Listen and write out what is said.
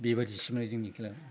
बेबायदिसोमोन आरो जोंनि खेलाया